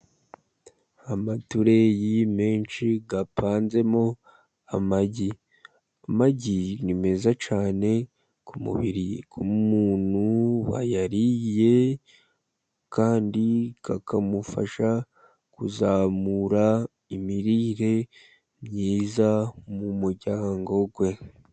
Amatureyi menshi apanzemo amagi. Amagi ni meza cyane ku mubiri w'umuntu wayariye kandi akamufasha kuzamura imirire myiza mu muryango we.